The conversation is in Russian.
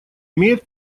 имеет